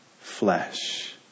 flesh